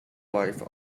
wife